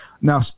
now